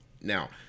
Now